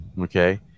Okay